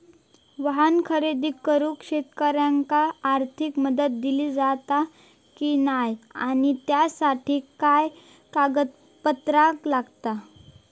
वाहन खरेदी करूक शेतकऱ्यांका आर्थिक मदत दिली जाता की नाय आणि त्यासाठी काय पात्रता लागता?